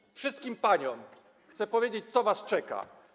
I wszystkim paniom chcę powiedzieć, co was czeka.